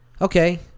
okay